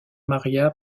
maria